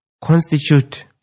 constitute